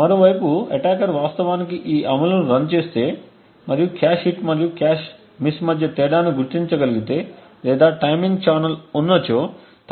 మరోవైపు అటాకర్ వాస్తవానికి ఈ అమలును రన్ చేస్తే మరియు కాష్ హిట్ మరియు కాష్ మిస్ మధ్య తేడాను గుర్తించగలిగితే లేదా టైమింగ్ ఛానెల్ ఉన్నచో